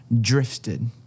drifted